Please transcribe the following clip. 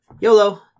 YOLO